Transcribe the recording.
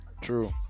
True